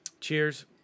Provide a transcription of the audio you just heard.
Cheers